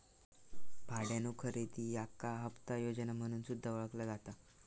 भाड्यानो खरेदी याका हप्ता योजना म्हणून सुद्धा ओळखला जाता